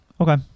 Okay